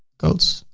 coats,